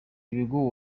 ibigo